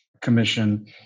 commission